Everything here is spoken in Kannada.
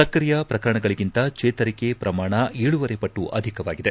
ಸಕ್ರಿಯ ಪ್ರಕರಣಗಳಿಗಿಂತ ಚೇತರಿಕೆ ಪ್ರಮಾಣ ಏಳೂವರೆ ಪಟ್ಟು ಅಧಿಕವಾಗಿದೆ